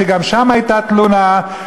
שגם שם הייתה תלונה,